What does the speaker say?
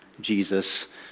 Jesus